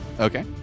Okay